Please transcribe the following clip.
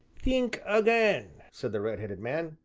think again, said the red-headed man,